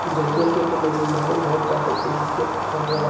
जलीय खेती में बीमारी बहुत ज्यादा तेजी से फइलेला